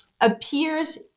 appears